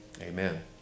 Amen